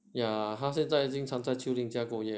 yeah 他现在经常都在秋铃家过夜